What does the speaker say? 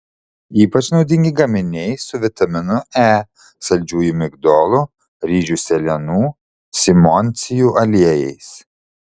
ypač naudingi gaminiai su vitaminu e saldžiųjų migdolų ryžių sėlenų simondsijų aliejais